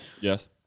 Yes